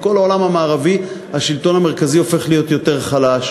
בכל העולם המערבי השלטון המרכזי הופך להיות יותר חלש.